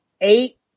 eight